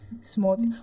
small